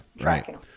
right